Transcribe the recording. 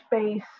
space